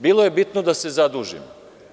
Bilo je bitno da se zadužimo.